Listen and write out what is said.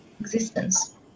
existence